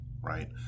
right